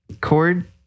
Cord